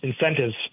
incentives